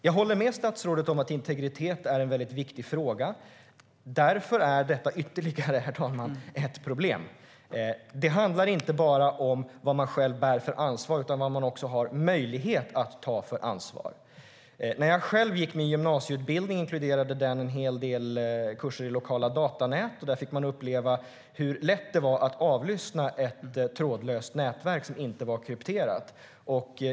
Jag håller med statsrådet om att integritet är en viktig fråga, och därför är det ytterligare ett problem. Det handlar inte bara om vad man själv bär för ansvar utan om vad man har för möjlighet att ta ansvar. Min gymnasieutbildning inkluderande en del kurser i lokala datanät. Där fick vi uppleva hur lätt det var att avlyssna ett trådlöst nätverk som inte var krypterat.